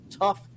tough